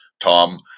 Tom